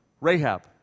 Rahab